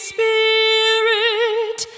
Spirit